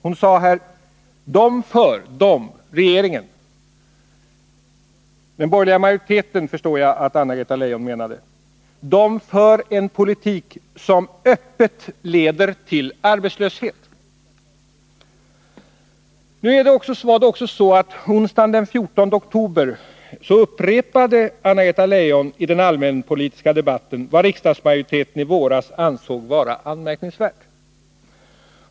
Hon sade att de — den borgerliga majoriteten, förstår jag att hon menade — för en politik som öppet leder till arbetslöshet. I den allmänpolitiska debatten onsdagen den 14 oktober upprepade Anna-Greta Leijon vad riksdagsgruppen i våras ansåg vara anmärknings värt.